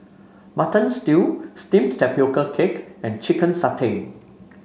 Mutton Stew steamed Tapioca Cake and Chicken Satay